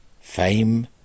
fame